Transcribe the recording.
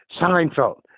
Seinfeld